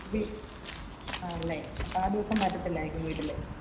ആണല്ലേ അപ്പോൾ ആ ദിവസം പറ്റത്തില്ലായിരിക്കും വീട്ടിൽ